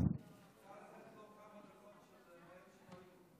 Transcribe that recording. אפשר לתת לו כמה דקות מאלה שלא היו?